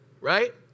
right